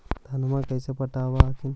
धन्मा कैसे पटब हखिन?